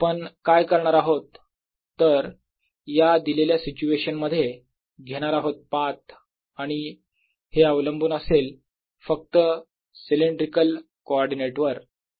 आपण काय करणार आहोत तर या दिलेल्या सिच्युएशनमध्ये घेणार आहोत पाथ आणि हे अवलंबून असेल फक्त सिलेंड्रिकल कोऑर्डिनेटवर